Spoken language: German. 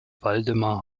waldemar